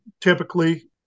Typically